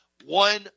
One